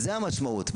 זה המשמעות.